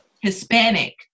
Hispanic